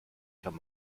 kann